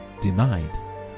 denied